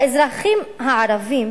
האזרחים הערבים